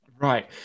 Right